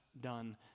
done